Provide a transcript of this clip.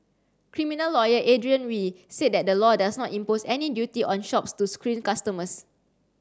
criminal lawyer Adrian Wee said that the law does not impose any duty on shops to screen customers